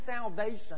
salvation